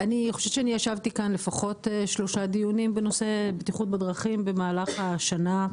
אני חושבת שישבתי כאן לפחות ב-3 דיונים בנושא בטיחות בדרכים במהלך השנה,